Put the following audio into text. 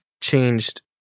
changed